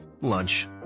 Lunch